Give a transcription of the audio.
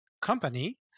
company